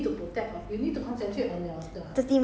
my hair like quite rough